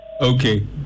Okay